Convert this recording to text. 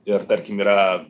ir tarkim yra